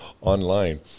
online